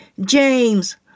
James